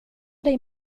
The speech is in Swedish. dig